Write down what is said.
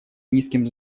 низким